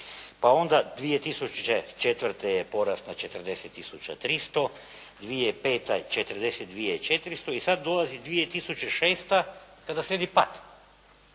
Pa onda 2004. je porast na 40 tisuća 300, 2005. je 42 400 i sad dolazi 2006. kada slijedi pad.